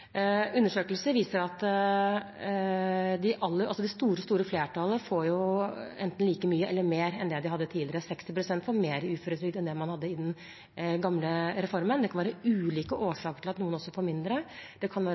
Undersøkelser viser at det store, store flertallet får enten like mye eller mer enn det de hadde tidligere. 60 pst. får mer i uføretrygd enn de hadde med den gamle reformen. Det kan være ulike årsaker til at noen får mindre. Det kan også være